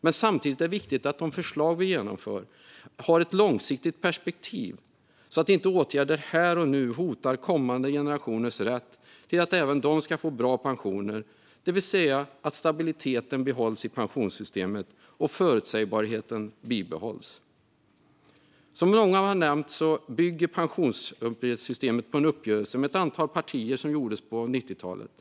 Men samtidigt är det viktigt att de förslag vi genomför har ett långsiktigt perspektiv så att inte åtgärder här och nu hotar kommande generationers rätt till att även de ska få bra pensioner, det vill säga att stabiliteten behålls i pensionssystemet och förutsägbarheten bibehålls. Som många här har nämnt bygger pensionssystemet på en uppgörelse mellan ett antal partier på 90-talet.